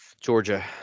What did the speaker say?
Georgia